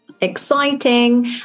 Exciting